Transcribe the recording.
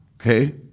Okay